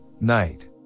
night